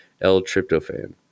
L-tryptophan